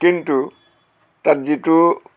কিন্তু তাত যিটো